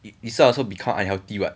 it this one also become unhealthy [what]